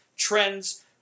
trends